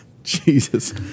Jesus